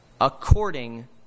According